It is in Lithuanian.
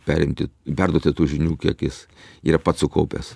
perimti perduoti tų žinių kiek jis yra pats sukaupęs